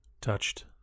Touched